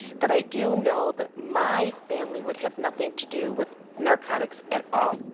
but i do know that my family would have nothing to do with narcotics at all.